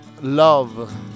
Love